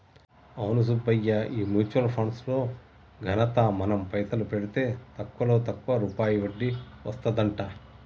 అవును సుబ్బయ్య ఈ mutual funds లో ఘనత మనం పైసలు పెడితే తక్కువలో తక్కువ రూపాయి వడ్డీ వస్తదంట